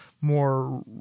more